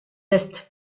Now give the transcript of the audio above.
est